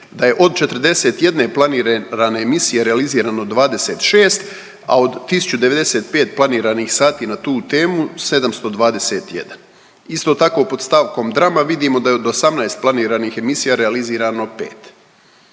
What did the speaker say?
Da je od 41 planirane emisije realizirano 26, a od 1095 planiranih sati na tu temu, 721. Isto tako, pod stavkom drama, vidimo da je od 18 planiranih emisija realizirano 5.